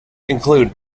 include